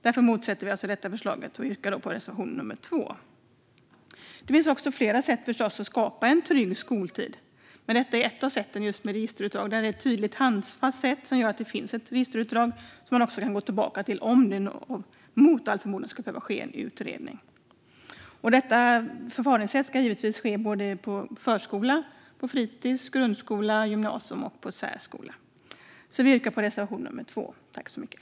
Därför motsätter vi oss detta förslag och yrkar som sagt bifall till reservation nummer 2. Det finns förstås flera sätt att skapa en trygg skoltid, men ett sätt är att begära att registerutdrag lämnas in. Det är ett tydligt och handfast sätt som gör att det finns ett registerutdrag att gå tillbaka till om det mot förmodan skulle behöva ske en utredning. Detta förfaringssätt ska givetvis tillämpas på både förskola, fritis, grundskola, gymnasium och särskola. Vi yrkar alltså bifall till reservation nummer 2.